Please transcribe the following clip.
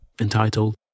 entitled